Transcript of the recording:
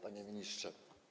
Panie Ministrze!